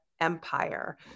empire